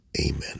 amen